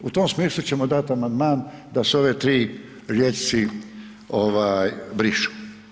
U tom smislu ćemo dati amandman da se ove tri riječi brišu.